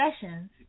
sessions